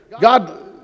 God